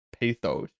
pathos